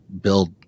build